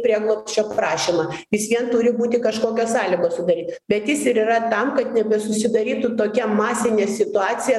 prieglobsčio prašymą vis vien turi būti kažkokios sąlygos sudaryt bet jis ir yra tam kad nebesusidarytų tokia masinė situacija